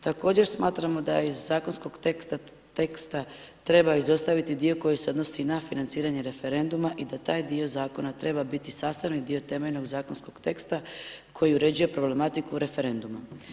Također smatramo da je iz zakonskog teksta treba izostaviti dio koji se odnosi na financiranje referenduma i da taj dio zakona treba biti sastavni dio temeljnog zakonskog teksta koji uređuje problematiku referenduma.